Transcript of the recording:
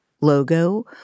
logo